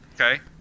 Okay